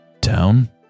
town